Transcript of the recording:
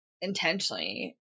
intentionally